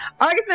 August